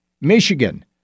michigan